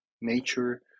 nature